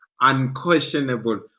unquestionable